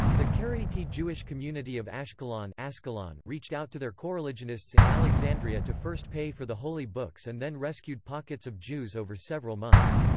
the karaite jewish community of ashkelon ashkelon reached out to their coreligionists in alexandria to first pay for the holy books and then rescued pockets of jews over several months.